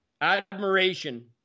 admiration